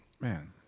Man